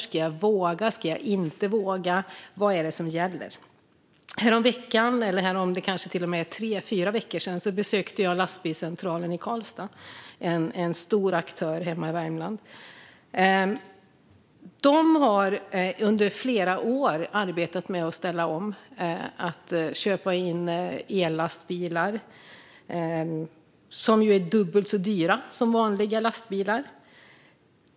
Ska jag våga, eller ska jag inte våga? Vad är det som gäller? För tre fyra veckor sedan besökte jag Lastbilscentralen i Karlstad, en stor aktör hemma i Värmland. De har under flera år arbetat med att ställa om och att köpa in ellastbilar, som är dubbelt så dyra som vanliga lastbilar.